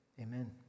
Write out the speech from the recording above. Amen